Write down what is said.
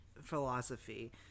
philosophy